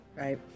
Right